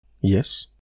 Yes